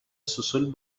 سوسول